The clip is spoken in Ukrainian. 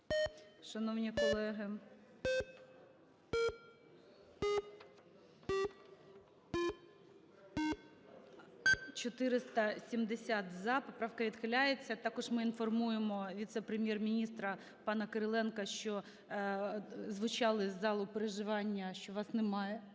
За-8 470, "за", поправка відхиляється. Також ми інформуємо віце-прем'єр-міністра пана Кириленка, що звучали з залу переживання, що вас немає.